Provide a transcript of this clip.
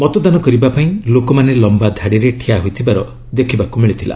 ମତଦାନ କରିବା ପାଇଁ ଲୋକମାନେ ଲମ୍ବା ଧାଡ଼ିରେ ଠିଆ ହୋଇଥିବାର ଦେଖିବାକୁ ମିଳିଥିଲା